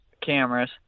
cameras